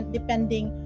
depending